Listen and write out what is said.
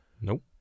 Nope